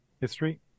History